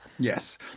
Yes